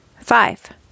Five